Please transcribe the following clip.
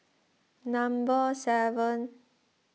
number seven